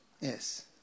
Yes